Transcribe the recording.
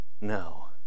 No